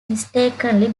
mistakenly